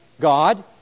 God